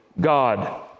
God